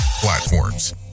platforms